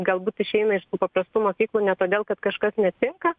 galbūt išeina iš paprastų mokyklų ne todėl kad kažkas netinka